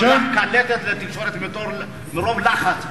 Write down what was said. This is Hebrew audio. הוא שולח קלטת לתקשורת מרוב לחץ.